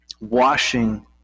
washing